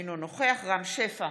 אינו נוכח רם שפע,